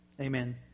amen